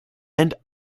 and